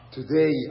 Today